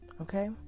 okay